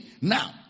now